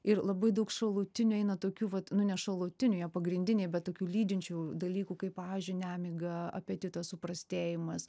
ir labai daug šalutinių eina tokių vat nu ne šalutinių jie pagrindiniai bet tokių lydinčių dalykų kaip pavyzdžiui nemiga apetito suprastėjimas